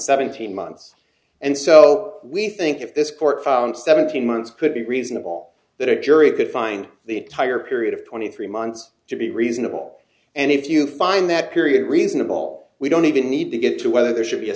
seventeen months and so we think if this court found seventeen months could be reasonable that a jury could find the entire period of twenty three months to be reasonable and if you find that period reasonable we don't even need to get to whether there should be a